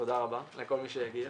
תודה רבה לכל מי שהגיע.